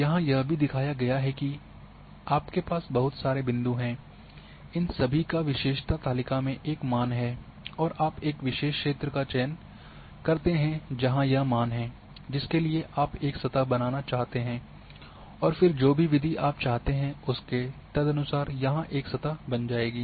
यहां यह भी दिखाया गया है कि आपके पास बहुत सारे बिंदु हैं इन सभी का विशेषता तालिका में एक मान है और आप एक विशेष क्षेत्र का चयन करते हैं जहां यह मान हैं जिसके लिए आप एक सतह बनाना चाहते हैं और फिर जो भी विधि आप चाहते हैं उसके तदनुसार यहाँ एक सतह बन जाएगी